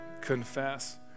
confess